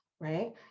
right